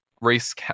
race